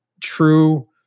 true